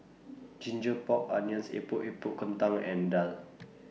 Ginger Pork Onions Epok Epok Kentang and Daal